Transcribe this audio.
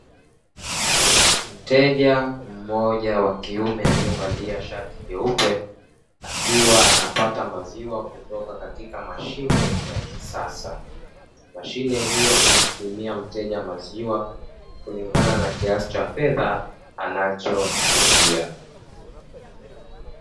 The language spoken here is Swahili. Mteja mmoja wa kiume aliyevalia shati jeupe akiwa anapata maziwa kutoka katika mashine ya kisasa. Mashine hiyo humpimia mteja maziwa kulingana na kiasi cha fedha anacholipia.